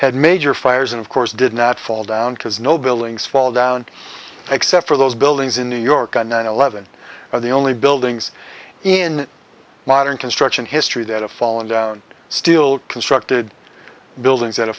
had major fires and of course did not fall down because no buildings fall down except for those buildings in new york on nine eleven are the only buildings in modern construction history that a fallen down still constructed buildings that